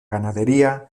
ganadería